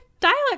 dialect